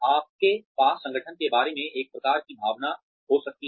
आपके पास संगठन के बारे में एक प्रकार की भावना हो सकती है